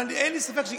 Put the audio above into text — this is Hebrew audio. אבל אין לי ספק,